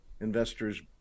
investors